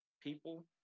people